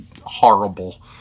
horrible